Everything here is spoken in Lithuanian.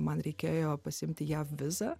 man reikėjo pasiimti jav vizą